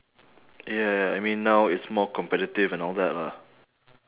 yeah I mean now it's more competitive and all that lah